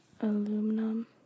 aluminum